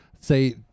Say